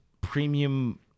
premium